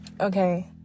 okay